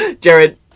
Jared